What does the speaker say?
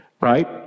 right